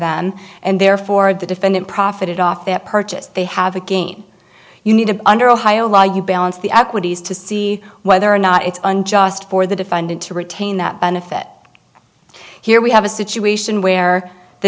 them and therefore the defendant profited off that purchase they have again you need to under ohio law you balance the equities to see whether or not it's unjust for the defendant to retain that benefit here we have a situation where the